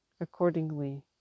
accordingly